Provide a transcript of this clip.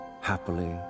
happily